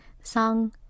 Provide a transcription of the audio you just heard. song